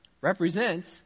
represents